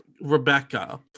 rebecca